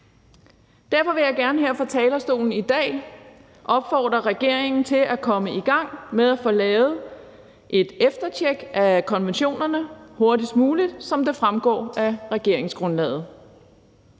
Derfor vil jeg gerne her fra talerstolen i dag opfordre regeringen til at komme i gang med at få lavet et eftertjek af konventionerne hurtigst muligt, som det fremgår af regeringsgrundlaget.